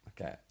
Okay